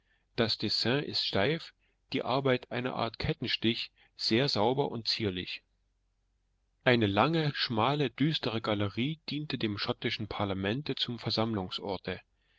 das dessin ist steif die arbeit eine art kettenstich sehr sauber und zierlich eine lange schmale düstere galerie diente dem schottischen parlamente zum versammlungsorte